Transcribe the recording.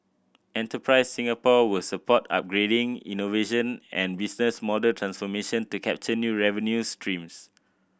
Enterprise Singapore will support upgrading innovation and business model transformation to capture new revenue streams